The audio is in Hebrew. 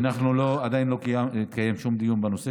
אנחנו עדיין לא קיימנו שום דיון בנושא